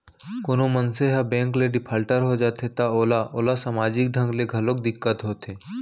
कोनो मनसे ह बेंक ले डिफाल्टर हो जाथे त ओला ओला समाजिक ढंग ले घलोक दिक्कत होथे